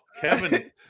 Kevin